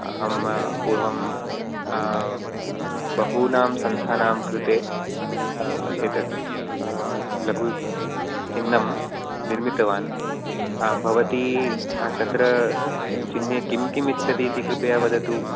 अहं पूर्वं बहूनां संस्थानां कृते एतत् लघुचिह्नं निर्मितवान् ह भवती तत्र चिह्ने किं किम् इच्छतीति कृपया वदतु